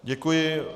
Děkuji.